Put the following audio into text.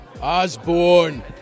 Osborne